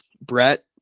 Brett